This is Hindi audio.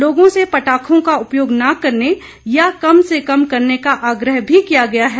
लोगों से पटाखों का उपयोग ना करने या कम से कम करने का आग्रह भी किया गया है